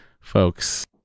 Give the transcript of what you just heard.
folks